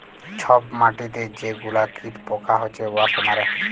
ছব মাটিতে যে গুলা কীট পকা হছে উয়াকে মারে